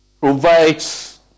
provides